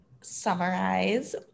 summarize